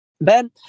Ben